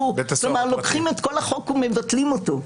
כלומר, לוקחים את כל החוק ומבטלים אותו.